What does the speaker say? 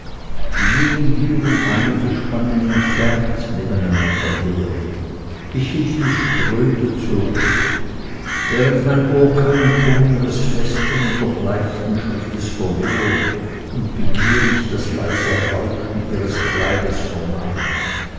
gingen wir um einige spannen entfernt nebeneinander her ich hielt mich spröde zurück während mein ohr keinen ton ihres festen und doch leichten schrittes verlor und begierig das leise rauschen ihres kleides